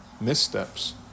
missteps